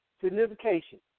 signification